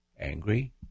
angry